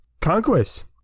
Conquest